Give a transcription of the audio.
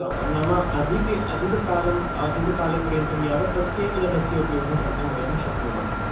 नाम अधिक अधिककालं अधिककालपर्यन्तं यावत् तस्यैव जलस्य उपयोगः कर्तुं वयं शक्नुमः